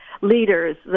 leaders